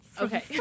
Okay